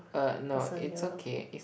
uh no it's okay if